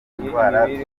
indwara